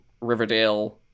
Riverdale